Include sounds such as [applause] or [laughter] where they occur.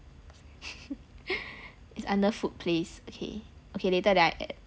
[noise] it's under food place okay okay later that add